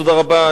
תודה רבה,